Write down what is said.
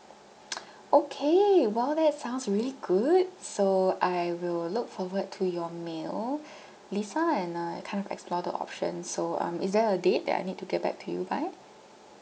okay !wow! that sounds really good so I will look forward to your mail lisa and uh and kind of explore the options so um is there a date that I need to get back to you by